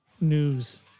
news